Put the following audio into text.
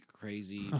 crazy